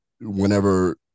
whenever